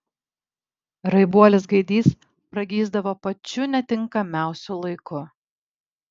raibuolis gaidys pragysdavo pačiu netinkamiausiu laiku